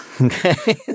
Okay